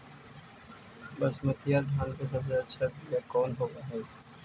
बसमतिया धान के सबसे अच्छा बीया कौन हौब हैं?